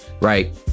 right